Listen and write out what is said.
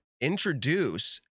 introduce